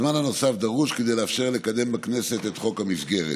הזמן הנוסף דרוש כדי לאפשר לקדם בכנסת את חוק המסגרת,